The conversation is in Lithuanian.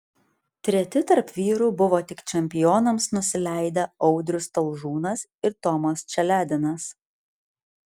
treti tarp vyrų buvo tik čempionams nusileidę audrius talžūnas ir tomas čeledinas